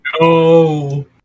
No